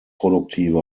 produktive